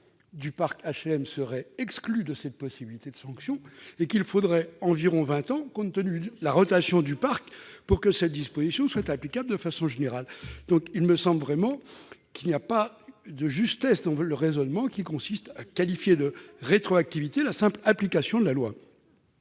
du parc HLM serait exclue de cette possibilité de sanction et qu'il faudrait environ vingt ans, compte tenu de la rotation du parc, pour que cette disposition soit applicable de façon générale. Il n'y a pas de justesse dans le raisonnement qui consiste à qualifier de rétroactivité la simple application de la loi.